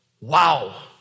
Wow